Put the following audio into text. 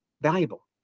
valuable